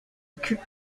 occupe